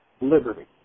liberty